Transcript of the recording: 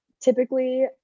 typically